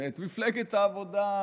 את מפלגת העבודה,